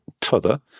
t'other